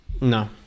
No